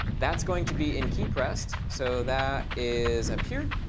that's going to be in keypressed. so that is up here.